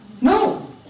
No